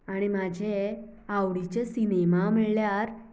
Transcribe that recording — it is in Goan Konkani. आनी म्हाजे आवडीचे सिनेमा म्हणल्यार